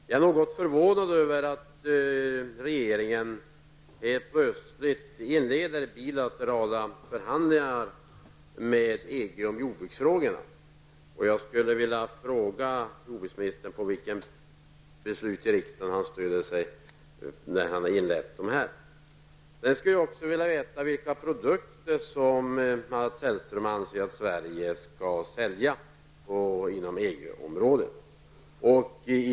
Jag är något förvånad över att regeringen helt plötsligt inleder bilaterala förhandlingar med EG om jordbruksfrågorna. Jag skulle vilja fråga jordbruksministern på vilket riksdagsbeslut han stöder sig när han inledde dem. Vilka produkter anser Mats Hellström att Sverige skall sälja inom EG-området?